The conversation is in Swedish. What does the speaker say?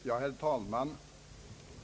Herr talman!